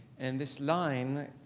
and this line,